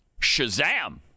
Shazam